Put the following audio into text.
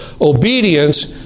obedience